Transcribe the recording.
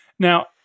Now